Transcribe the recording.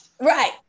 Right